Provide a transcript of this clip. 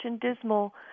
dismal